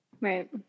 Right